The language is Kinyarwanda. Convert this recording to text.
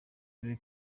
karere